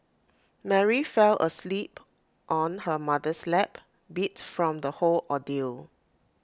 Mary fell asleep on her mother's lap beat from the whole ordeal